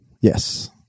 Yes